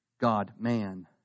God-man